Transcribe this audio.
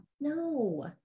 No